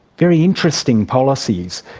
very interesting policies.